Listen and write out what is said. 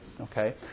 Okay